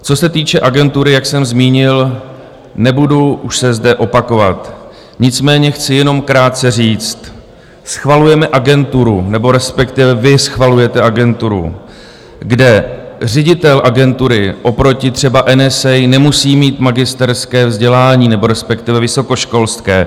Co se týče agentury, jak jsem zmínil, nebudu už se zde opakovat, nicméně chci jenom krátce říct: schvalujeme agenturu, nebo respektive vy schvalujete agenturu, kde ředitel agentury oproti třeba NSA nemusí mít magisterské vzdělání nebo respektive vysokoškolské.